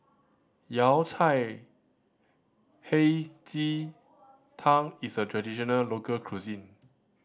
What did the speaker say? Yao Cai Hei Ji Tang is a traditional local cuisine